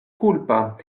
kulpa